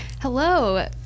Hello